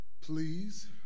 Please